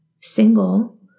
single